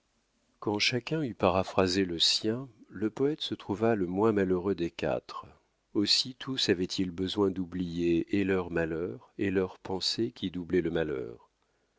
quand chacun eut paraphrasé le sien le poète se trouva le moins malheureux des quatre aussi tous avaient-ils besoin d'oublier et leur malheur et leur pensée qui doublait le malheur